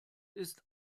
ist